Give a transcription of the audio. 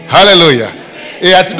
Hallelujah